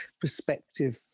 perspective